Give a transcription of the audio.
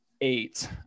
Eight